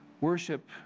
worship